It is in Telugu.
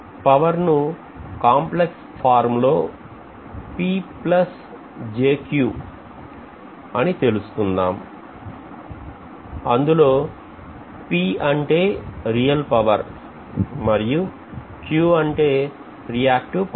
పవర్ ను కాంప్లెక్స్ ఫార్ము లో అని తెలుసుకుందాం అందులో p అంటే రియల్ పవర్ మరియు Q అంటే రీయాక్టివ్ పవర్